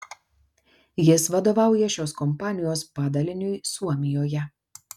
jis vadovauja šios kompanijos padaliniui suomijoje